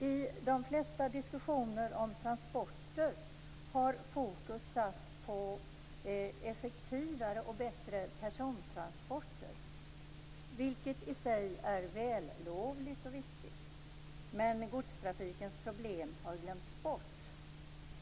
I de flesta diskussioner om transporter har fokus satts på effektivare och bättre persontransporter, vilket i sig är vällovligt och viktigt. Men godstrafikens problem har glömts bort.